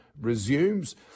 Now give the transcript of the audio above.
resumes